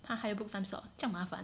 !huh! 还要 book time slot 这样麻烦